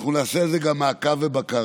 אנחנו נעשה על זה גם מעקב ובקרה.